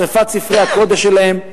שרפת ספרי הקודש שלהם,